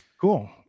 Cool